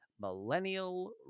Millennial